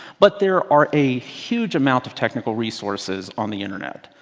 but there are a huge amount of technical resources on the internet.